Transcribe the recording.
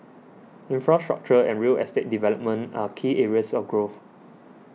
infrastructure and real estate development are key areas of growth